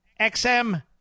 XM